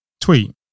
Tweet